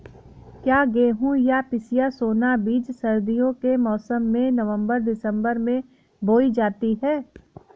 क्या गेहूँ या पिसिया सोना बीज सर्दियों के मौसम में नवम्बर दिसम्बर में बोई जाती है?